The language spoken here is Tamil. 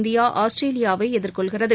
இந்தியா ஆஸ்திரேலியாவை எதிர்கொள்கிறது